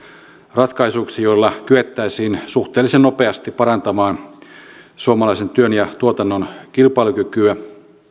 ratkaisuiksi joilla kyettäisiin suhteellisen nopeasti parantamaan suomalaisen työn ja tuotannon kilpailukykyä